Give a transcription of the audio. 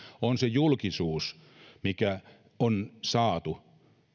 on se julkisuus mikä on saatu